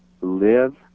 live